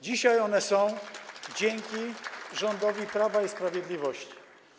Dzisiaj one są dzięki rządowi Prawa i Sprawiedliwości.